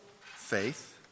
faith